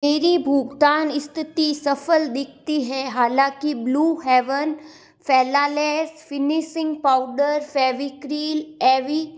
मेरी भुगतान स्थिति सफल दिखती है हालांकि blue heaven flawless finishing powder फेविकरील ए वी